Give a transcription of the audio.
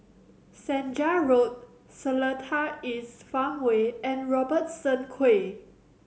Senja Road Seletar East Farmway and Robertson Quay